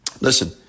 Listen